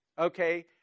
Okay